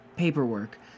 paperwork